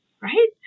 right